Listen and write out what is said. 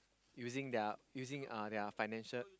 using their using uh their financial